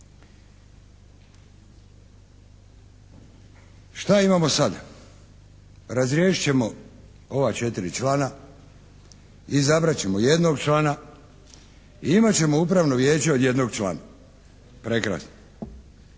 Šta imamo sad? Razriješit ćemo ova četiri člana, izabrat ćemo jednog člana i imat ćemo Upravno vijeće od jednog člana. Prekrasno.